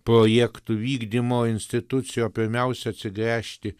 projektų vykdymo institucijų o pirmiausia atsigręžti